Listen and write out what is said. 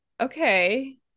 okay